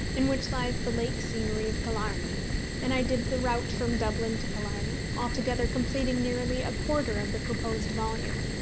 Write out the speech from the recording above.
in which lies the lake scenery of killarney and i did the route from dublin to killarney, altogether completing nearly a quarter of the proposed volume.